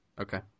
Okay